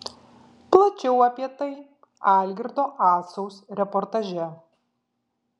plačiau apie tai algirdo acaus reportaže